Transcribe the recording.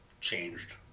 changed